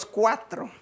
cuatro